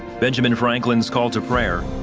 benjamin franklin's call to prayer.